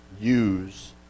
use